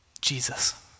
Jesus